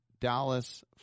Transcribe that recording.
Dallas